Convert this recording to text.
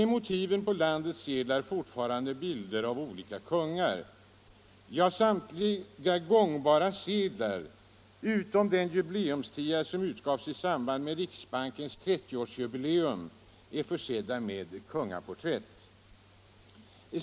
är motiven på landets sedlar fortfarande bilder av olika kungar. Ja, samtliga gångbara sedlar, utom den jubileumstia som utgavs i samband med riksbankens 300-årsjubileum, är försedda med kungaporträtt.